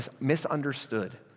misunderstood